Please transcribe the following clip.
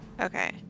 okay